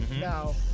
Now